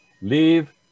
Leave